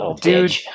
Dude